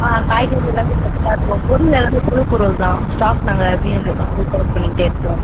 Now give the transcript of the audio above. ஆ காய்கறி எல்லாம் ஃபிரெஷ்ஷாக இருக்கும் பொருள் எல்லாம் புது பொருள்தான் ஸ்டாக் நாங்கள் எகெயின் ரீகலெக்ட் பண்ணிக்கிட்டே இருப்போம்